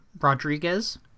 Rodriguez